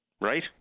Right